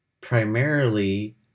primarily